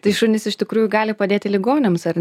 tai šunys iš tikrųjų gali padėti ligoniams ar